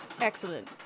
Excellent